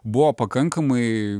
buvo pakankamai